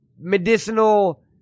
Medicinal